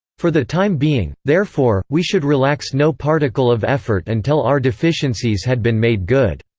for the time being, therefore, we should relax no particle of effort until our deficiencies had been made good.